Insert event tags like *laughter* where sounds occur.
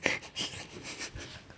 *laughs*